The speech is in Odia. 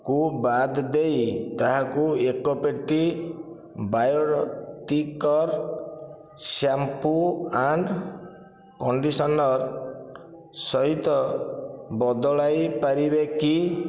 କୁ ବାଦ୍ ଦେଇ ତାହାକୁ ଏକ ପେଟି ବାୟୋଟିକର୍ ଶ୍ୟାମ୍ପୁ ଆଣ୍ଡ କଣ୍ଡିସନର୍ ସହିତ ବଦଳାଇ ପାରିବେ କି